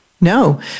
No